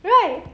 right